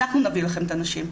אנחנו נביא לכם את הנשים.